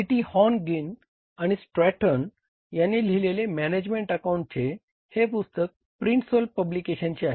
C T Horngren आणि Stratton यांनी लिहिलेले मॅनेजमेंट अकाउंटिंगचे हे पुस्तक प्रिंट सोल पब्लिकेशनचे आहे